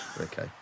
okay